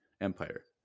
Empire